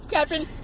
Captain